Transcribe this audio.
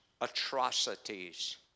atrocities